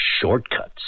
shortcuts